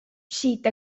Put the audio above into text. siit